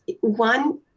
one